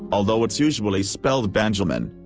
although it's usually spelled benjamin.